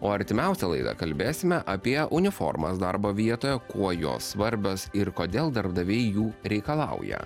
o artimiausią laidą kalbėsime apie uniformas darbo vietoje kuo jos svarbios ir kodėl darbdaviai jų reikalauja